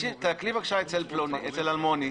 תעקלי בבקשה אצל אלמוני,